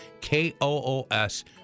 K-O-O-S